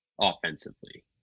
offensively